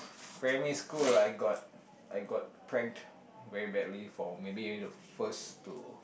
primary school I got I got pranked very badly for maybe first to